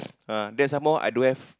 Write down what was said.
ah then some more I don't have